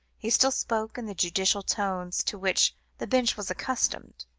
he still spoke in the judicial tones, to which the bench was accustomed,